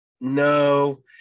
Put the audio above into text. no